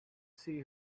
see